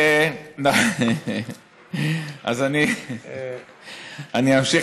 אני אמשיך.